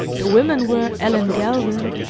the women were ellen galvin,